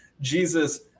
jesus